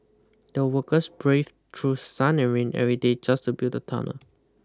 the workers braved through sun and rain every day just to build the tunnel